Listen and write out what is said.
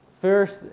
first